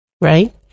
right